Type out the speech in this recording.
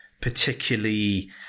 particularly